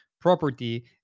property